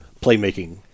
playmaking